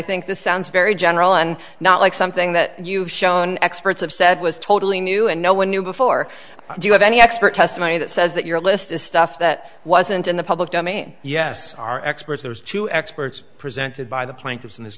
think this sounds very general and not like something that you've shown experts have said was totally new and no one knew before do you have any expert testimony that says that your list is stuff that wasn't in the public domain yes our experts there's two experts presented by the plaintiffs in this